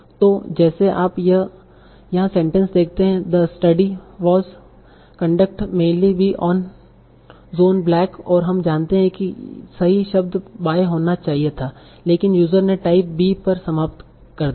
तो जैसे आप यहाँ सेंटेंस देखते हैं the study was conducted mainly B John Black और हम जानते हैं कि सही शब्द बाय होना चाहिए था लेकिन यूजर ने टाइपिंग बी पर समाप्त कर दी